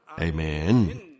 Amen